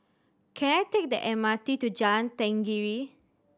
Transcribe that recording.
can I take the M R T to Jalan Tenggiri